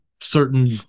certain